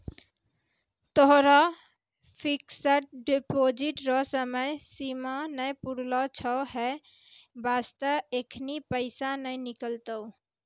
तोहरो fixed deposit रो समय सीमा नै पुरलो छौं है बास्ते एखनी पैसा नै निकलतौं